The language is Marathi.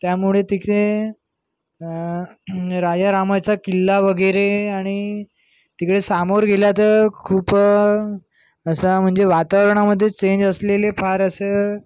त्यामुळे तिथे राजारामाचा किल्ला वगैरे आणि तिकडे समोर गेला तर खूप असा म्हणजे वातावरणामध्ये चेंज असलेले फार असं